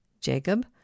jacob